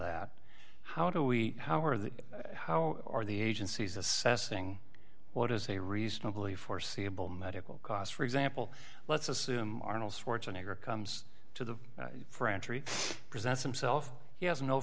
that how do we how are the how are the agencies assessing what is a reasonably foreseeable medical cost for example let's assume arnold schwarzenegger comes to the french presents himself he has no